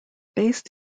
based